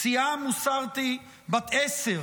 סיהאם מוסארתי, בת 10,